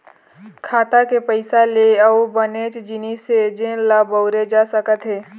खाता के पइसा ले अउ बनेच जिनिस हे जेन ल बउरे जा सकत हे